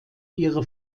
ihre